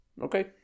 Okay